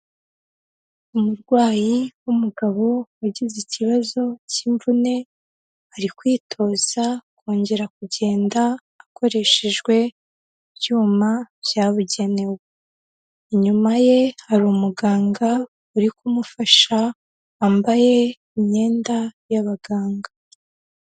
Umurwayi w'umugabo wagize ikibazo cy'imvune, ari kwitoza kongera kugenda akoreshejwe ibyuma byabugenewe. Inyuma ye hari umuganga uri kumufasha, wambaye imyenda y'abaganga.